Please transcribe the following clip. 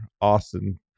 Austin